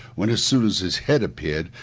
when, as soon as his head appeared,